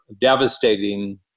devastating